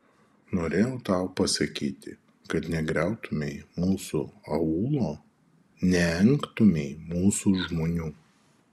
norėjau tau pasakyti kad negriautumei mūsų aūlo neengtumei mūsų žmonių